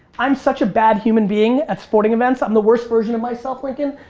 i'm such a bad human being at sporting events. i'm the worst version of myself, lincoln.